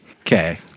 Okay